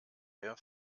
der